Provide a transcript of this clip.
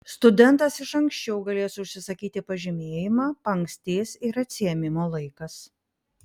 studentas iš ankščiau galės užsisakyti pažymėjimą paankstės ir atsiėmimo laikas